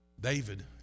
David